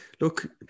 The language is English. look